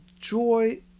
joy